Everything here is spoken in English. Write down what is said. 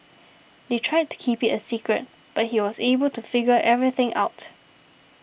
they tried to keep it a secret but he was able to figure everything out